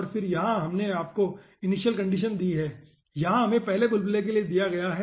और फिर यहां हमने आपको इनिशियल कंडीशन दी है यहां हमें पहले बुलबुले के लिए दिया गया है